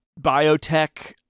biotech